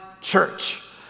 church